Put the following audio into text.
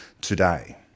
today